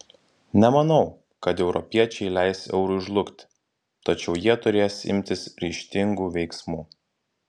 nemanau kad europiečiai leis eurui žlugti tačiau jie turės imtis ryžtingų veiksmų